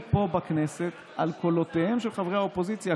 פה בכנסת על קולותיהם של חברי האופוזיציה.